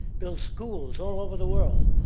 build schools all over the world,